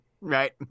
Right